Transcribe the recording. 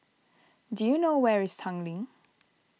do you know where is Tanglin